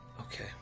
Okay